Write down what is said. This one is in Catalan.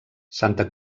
santa